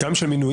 גם של מינויים?